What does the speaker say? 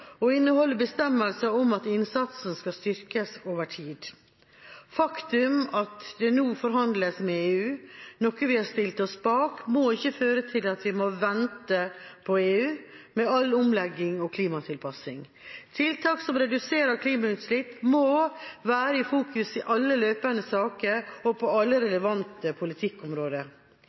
om at innsatsen skal styrkes over tid. Det faktum at det nå forhandles med EU, noe vi har stilt oss bak, må ikke føre til at vi må vente på EU med all omlegging og klimatilpassing. Tiltak som reduserer klimautslipp, må være i fokus i alle løpende saker og på alle relevante politikkområder.